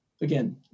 again